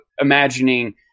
imagining